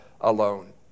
alone